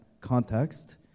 context